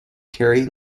terry